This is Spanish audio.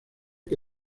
que